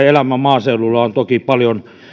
elämä maaseudulla on toki paljon